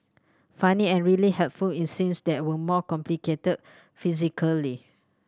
funny and really helpful in scenes that were more complicated physically